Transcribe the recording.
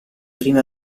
prime